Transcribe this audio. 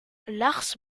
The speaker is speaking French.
lars